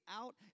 out